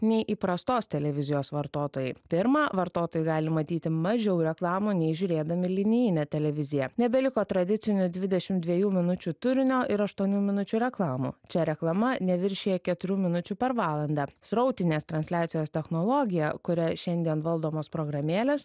nei įprastos televizijos vartotojai pirma vartotojai gali matyti mažiau reklamų nei žiūrėdami linijinę televiziją nebeliko tradicinių dvidešimt dviejų minučių turinio ir aštuonių minučių reklamų čia reklama neviršija keturių minučių per valandą srautinės transliacijos technologija kuria šiandien valdomos programėlės